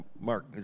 Mark